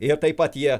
jie taip pat jie